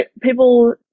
people